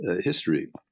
history